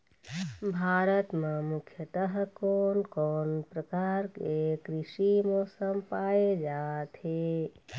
भारत म मुख्यतः कोन कौन प्रकार के कृषि मौसम पाए जाथे?